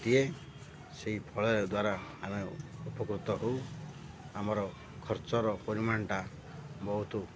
ଦିଏ ସେଇ ଫଳ ଦ୍ୱାରା ଆମେ ଉପକୃତ ହଉ ଆମର ଖର୍ଚ୍ଚର ପରିମାଣଟା ବହୁତ